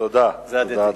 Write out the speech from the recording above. תודה, אדוני.